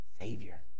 Savior